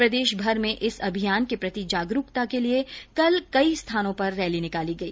प्रदेशभर में इस अभियान के प्रति जागरूकता के लिए कल कई स्थानों पर रैली निकाली गई